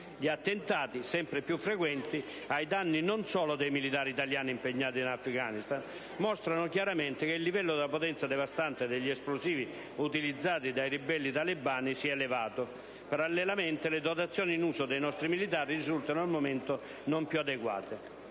Gli attentati, sempre più frequenti, ai danni non solo dei militari italiani impegnati in Afghanistan mostrano chiaramente che il livello della potenza devastante degli esplosivi utilizzati dai ribelli talebani si è elevato; parallelamente, le dotazioni in uso dei nostri militari risultano al momento non più adeguate.